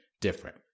different